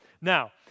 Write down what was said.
Now